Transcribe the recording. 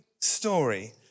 story